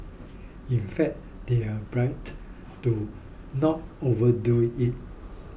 in fact they were bribed to not overdo it